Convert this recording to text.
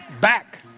Back